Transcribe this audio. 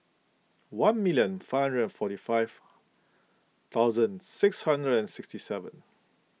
one million five hundred and forty five thousand six hundred and sixty seven